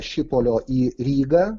šipolio į rygą